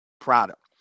product